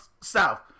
south